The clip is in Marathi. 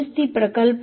दुरुस्ती प्रकल्प